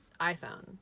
iPhone